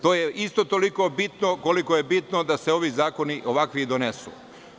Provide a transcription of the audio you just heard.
To je isto toliko bitno koliko je bitno da se ovi zakoni ovakvi donesu.